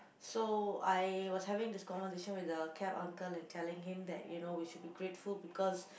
so I was having this conversation with the cab uncle and telling him that you know we should be grateful because